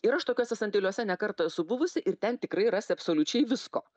ir aš tokiuose sandėliuose ne kartą esu buvusi ir ten tikrai rasi absoliučiai visko